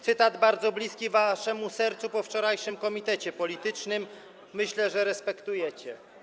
Cytat bardzo bliski waszemu sercu po wczorajszym komitecie politycznym, myślę, że to respektujecie.